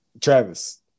Travis